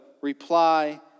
reply